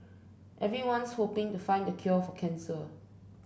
everyone's hoping to find the cure for cancer